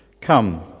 come